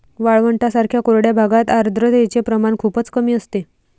वाळवंटांसारख्या कोरड्या भागात आर्द्रतेचे प्रमाण खूपच कमी असते